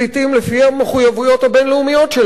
לפי המחויבויות הבין-לאומיות שלנו.